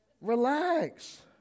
Relax